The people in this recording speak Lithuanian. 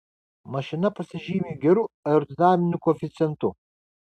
mašina pasižymi geru aerodinaminiu koeficientu